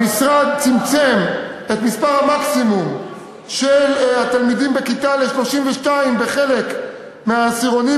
המשרד צמצם את מספר המקסימום של התלמידים בכיתה ל-32 בחלק מהעשירונים,